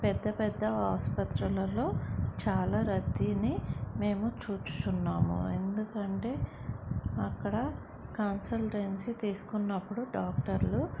పెద్ద పెద్ద ఆసుపత్రులలో చాలా రద్దీని మేము చూస్తున్నాము ఎందుకంటే అక్కడ కన్సల్టెన్సీ తీసుకున్నప్పుడు డాక్టర్లు